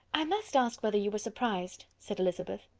i must ask whether you were surprised? said elizabeth.